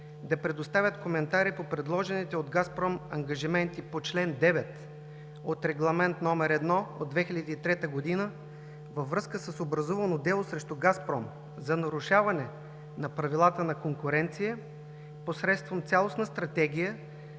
да предоставят коментари по предложените от „Газпром“ ангажименти по чл. 9 от Регламент № 1/2003 във връзка с образувано дело срещу „Газпром“ за нарушаване на правилата на конкуренция посредством цялостна стратегия